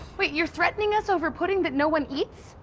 you're threatening us over pudding that no one eats.